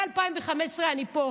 מ-2015 אני פה.